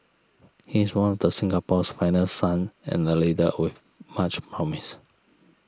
he is one of the Singapore's finest sons and a leader with much promise